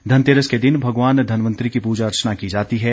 धनतेरस के दिन भगवान धनवंतरि की पूजा अर्चना की जाती है